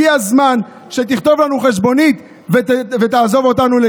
הגיע הזמן שתכתוב לנו חשבונית ותעזוב אותנו.